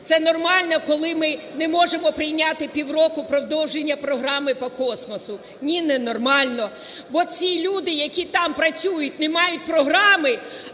Це нормально, коли ми не можемо прийняти півроку продовження програми по космосу? Ні, ненормально, бо ці люди, які там працюють, не мають програми,